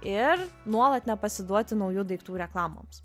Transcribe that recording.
ir nuolat nepasiduoti naujų daiktų reklamoms